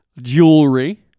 jewelry